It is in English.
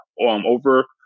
over